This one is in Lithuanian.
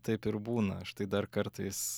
taip ir būna aš tai dar kartais